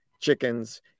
chickens